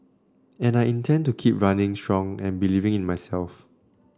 and I intend to keep running strong and believing in myself